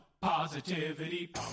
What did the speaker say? positivity